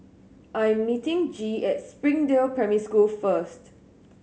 I'm meeting Gee at Springdale Primary School first